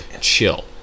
chill